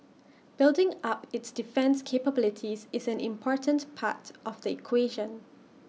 building up its defence capabilities is an important part of the equation